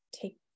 take